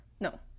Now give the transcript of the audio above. No